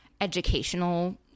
educational